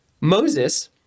Moses